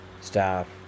staff